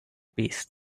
beasts